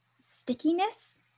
stickiness